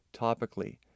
topically